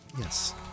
Yes